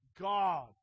God